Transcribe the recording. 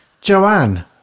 Joanne